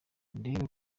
ndebe